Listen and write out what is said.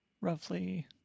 roughly